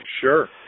Sure